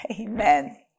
Amen